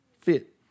fit